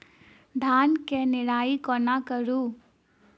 धान केँ निराई कोना करु?